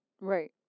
right